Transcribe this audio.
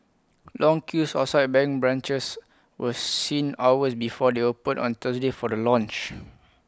long queues outside bank branches were seen hours before they opened on Thursday for the launch